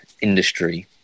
industry